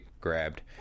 grabbed